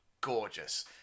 gorgeous